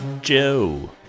Joe